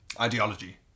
ideology